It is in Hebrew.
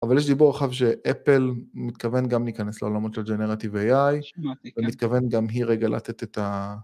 אבל יש דיבור רחב שאפל מתכוונת גם להיכנס לעולמות של Generative-AI, שמעתי, כן. ומתכוונת גם היא רגע לתת את ה...